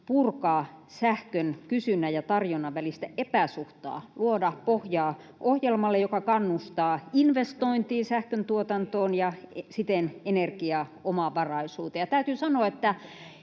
purkaa sähkön kysynnän ja tarjonnan välistä epäsuhtaa, luoda pohjaa ohjelmalle, joka kannustaa investoimaan sähköntuotantoon ja siten energiaomavaraisuuteen. Täytyy sanoa, että